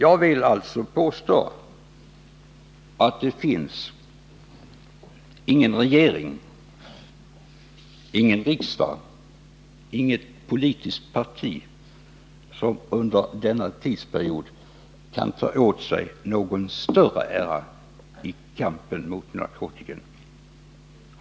Jag vill påstå att varken riksdagen, någon regering eller något politiskt parti under denna tidsperiod kan ta åt sig någon större ära i kampen mot narkotikan.